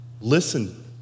Listen